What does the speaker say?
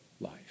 life